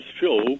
show